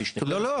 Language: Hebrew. לא, לא.